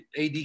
AD